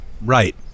Right